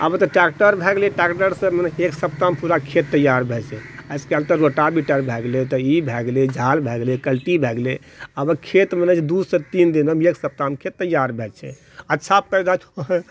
आब तऽट्रेक्टर भए गेलै ट्रैक्टरसँ मने एक सप्ताहमे पूरा खेत तैयार भए जाइ छै आज कल्हि तऽ रोटा बिटर भए गेलै तऽ ई भए गेलै झाल भए गेलै कल्हि ई भए गेलै आब खेतमे लगै छै दूसँ तीन दिन एक सप्ताहमे खेत तैयार भए जाइ छै अच्छा पैदा